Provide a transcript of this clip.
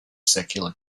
secular